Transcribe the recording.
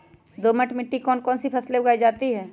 दोमट मिट्टी कौन कौन सी फसलें उगाई जाती है?